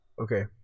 Okay